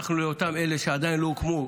הלכנו לאותם אלה שעדיין לא הוקמו.